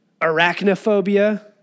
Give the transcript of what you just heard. Arachnophobia